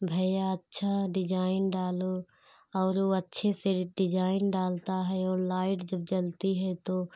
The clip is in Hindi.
भैया अच्छा डिज़ाइन डालो और वह अच्छे से डिज़ाइन डालता है और लाइट जब जलती है तो